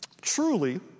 truly